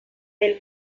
del